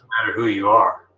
who you are.